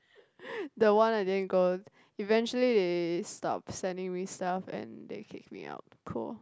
the one I didn't go eventually they stopped sending me stuff and they kicked me out cool